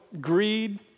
greed